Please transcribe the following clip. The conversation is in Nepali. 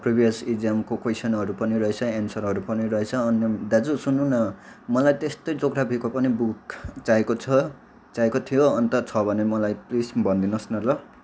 प्रिभियस इग्जामको क्वेसनहरू पनि रहेछ एनसरहरू पनि रहेछ अनि दाजु सुन्नू न मलाई त्यस्तै जियोग्राफीको पनि बुक चाहिएको छ चाहिएको थियो अन्त छ भने मलाई प्लिज भनिदिनुहोस् न ल